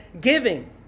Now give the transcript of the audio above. giving